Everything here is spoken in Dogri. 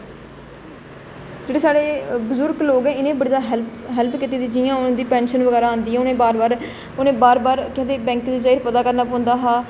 जेह्डे़ साढ़े बजूर्ग लोग ऐ इ'नें ई बड़ी जादा हेल्प कीती दी जि'यां हून उं'दी पेंशन बगैरा आंदी ऐ उ'नें गी बार बार उ'नें गी बार बार केह् आखदे बैंक च जाइयै पता करना पौंदा हा